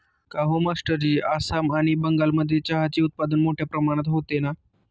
काहो मास्टरजी आसाम आणि बंगालमध्ये चहाचे उत्पादन मोठया प्रमाणात होते ना